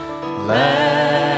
let